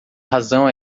razão